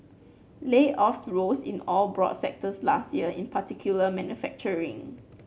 layoffs rose in all broad sectors last year in particular manufacturing